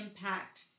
impact